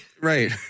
Right